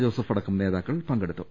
ജോസഫ ടക്കം നേതാക്കൾ പങ്കെടുത്തു